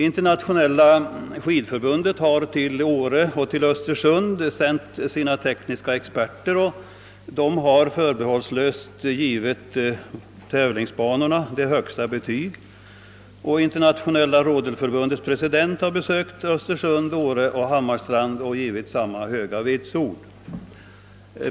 Internationeila skidförbundet har till Åre och Östersund sänt sina tekniska experter, som förbehållslöst har givit tävlingsbanorna högsta betyg. Internationella rodelförbundets president har också besökt Östersund, Åre och Hammarstrand och givit banorna samma goda vitsord.